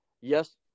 yes